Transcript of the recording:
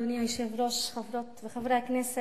אדוני היושב-ראש, חברות וחברי הכנסת,